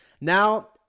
Now